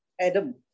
Adam